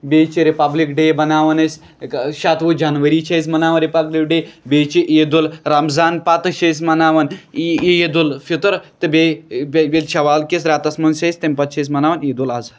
بیٚیہِ چھِ Republic Day بَناوان أسۍ شَتوُہ جنؤری چھِ أسۍ مَناوان رِپَبلِک ڈے بیٚیہِ چھِ عیٖدُل رَمضان پَتہٕ چھِ أسۍ مَناوان عی عیٖدُالفِطر تہٕ بیٚیہِ بیٚیہِ شَوالکِس رٮ۪تَس منٛز چھِ أسۍ تمہِ پَتہٕ چھِ أسۍ مَناوان عیٖدُالضحیٰ